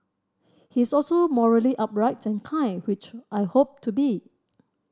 he is also morally upright and kind which I hope to be